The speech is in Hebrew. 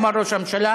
אמר ראש הממשלה,